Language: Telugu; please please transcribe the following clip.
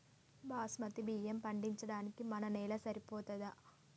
బాస్మతి బియ్యం పండించడానికి మన నేల సరిపోతదా?